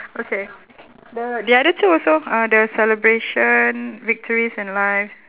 okay the the other two also uh the celebration victories in life